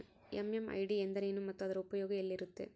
MMID ಎಂದರೇನು ಮತ್ತು ಅದರ ಉಪಯೋಗ ಎಲ್ಲಿರುತ್ತೆ?